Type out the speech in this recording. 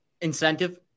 Incentive